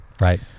Right